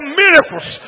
miracles